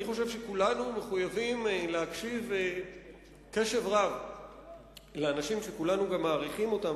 אני חושב שכולנו מחויבים להקשיב קשב רב לאנשים שכולנו גם מעריכים אותם,